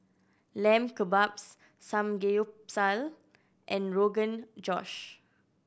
Lamb Kebabs Samgeyopsal and Rogan Josh